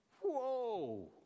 Whoa